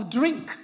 drink